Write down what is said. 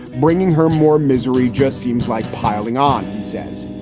bringing her more misery just seems like piling on. he says,